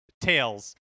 Tails